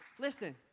Listen